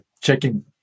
checking